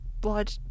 blood